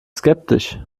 skeptisch